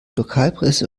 lokalpresse